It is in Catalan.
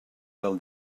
del